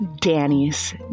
Danny's